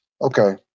Okay